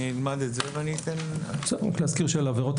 אני רוצה לראות למה זה מתייחס.